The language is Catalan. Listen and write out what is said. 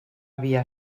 havia